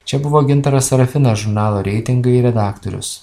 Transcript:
čia buvo gintaras serafinas žurnalo reitingai redaktorius